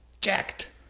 jacked